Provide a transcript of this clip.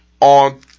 on